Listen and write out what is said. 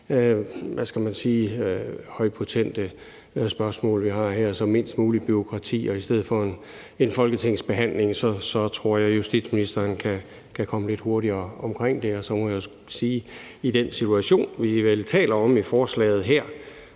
højpotente spørgsmål, vi har. Så søger vi mindst muligt bureaukrati, og i stedet for at have en folketingsbehandling tror jeg justitsministeren kan komme lidt hurtigere omkring det. Så må jeg sige, at den situation, vi vel taler om i forslaget her,